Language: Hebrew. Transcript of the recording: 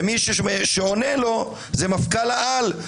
ומי שעונה לו זה מפכ"ל העל.